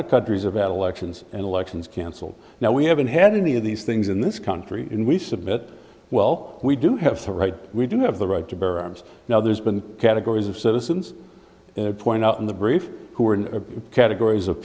of countries have at elections and elections cancelled now we haven't had any of these things in this country and we submit well we do have to write we do have the right to bear arms now there's been categories of citizens point out in the brief who are in categories of